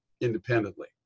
independently